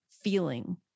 feeling